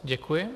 Děkuji.